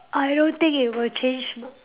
I don't think it would change